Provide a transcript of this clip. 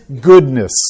goodness